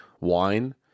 Wine